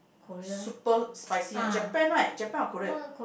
super spicy right Japan right Japan or Korea